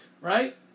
right